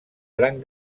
gran